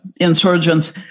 insurgents